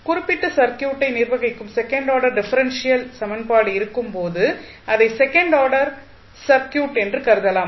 குறிப்பிட்ட சர்க்யூட்டை நிர்வகிக்கும் செகண்ட் ஆர்டர் டிஃபரென்ஷியல் சமன்பாடு இருக்கும் போது அதை செகண்ட் ஆர்டர் சர்க்யூட் என்று கருதலாம்